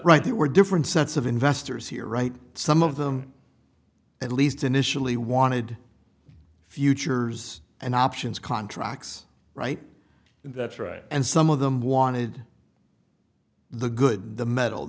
right there were different sets of investors here right some of them at least initially wanted futures and options contracts right that's right and some of them wanted the good the metal